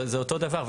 זה אותו דבר.